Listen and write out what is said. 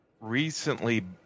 recently